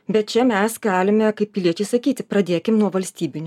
bet čia mes galime kaip piliečiai sakyti pradėkim nuo valstybinių